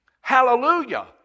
Hallelujah